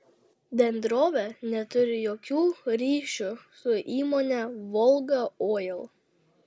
bendrovė neturi jokių ryšių su įmone volga oil